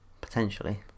Potentially